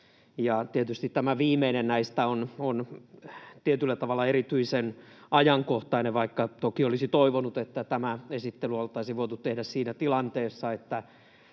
tämä viimeinen näistä on tietyllä tavalla erityisen ajankohtainen, vaikka toki olisi toivonut, että tämä esittely oltaisiin voitu tehdä siinä tilanteessa, että